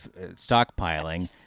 stockpiling